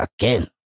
again